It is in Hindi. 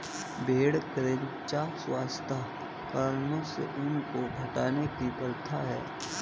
भेड़ क्रचिंग स्वच्छता कारणों से ऊन को हटाने की प्रथा है